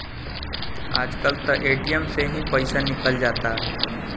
आज कल त ए.टी.एम से ही पईसा निकल जाता